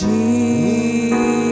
Jesus